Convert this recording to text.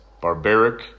barbaric